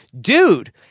dude